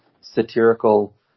satirical